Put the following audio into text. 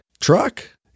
Truck